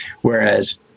Whereas